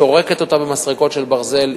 סורקים אותה במסרקות של ברזל,